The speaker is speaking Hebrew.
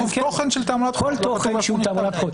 כן, כל תוכן שהוא תעמולת בחירות.